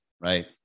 right